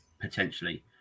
potentially